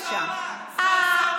רגע,